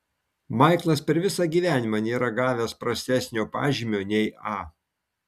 maiklas per visą gyvenimą nėra gavęs prastesnio pažymio nei a